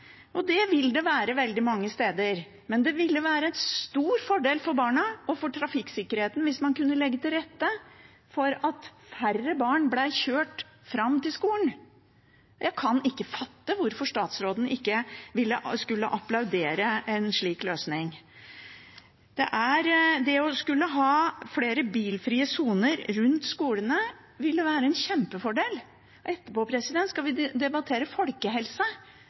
men det ville være en stor fordel for barna og for trafikksikkerheten hvis man kunne legge til rette for at færre barn ble kjørt helt fram til skolen. Jeg kan ikke fatte hvorfor statsråden ikke skulle applaudere en slik løsning. Det å skulle ha flere bilfrie soner rundt skolene ville være en kjempefordel. Etterpå skal vi debattere folkehelse.